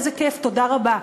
איזה כיף, תודה רבה.